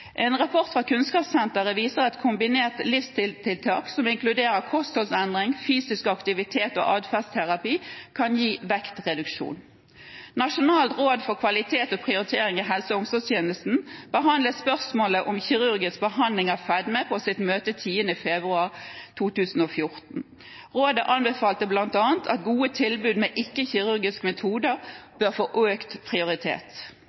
En rapport fra Kunnskapssenteret viser at kombinerte livsstilstiltak som inkluderer kostholdsendring, fysisk aktivitet og atferdsterapi, kan gi vektreduksjon. Nasjonalt råd for kvalitet og prioritering i helse- og omsorgstjenesten behandlet spørsmålet om kirurgisk behandling av fedme på sitt møte 10. februar 2014. Rådet anbefalte bl.a. at gode tilbud med ikke-kirurgiske metoder bør få økt prioritet.